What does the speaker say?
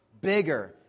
bigger